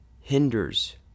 hinders